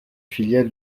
filiale